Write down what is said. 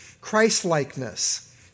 Christ-likeness